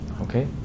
Okay